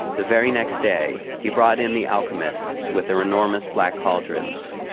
the very next day, he brought in the alchemists with their enormous black cauldrons.